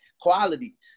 quality